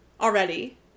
already